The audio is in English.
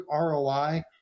ROI